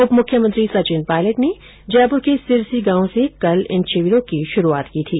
उपमुख्यमंत्री सचिन पायलट ने जयपुर के सिरसी गांव से कल इन शिविरों की शुरूआत की थी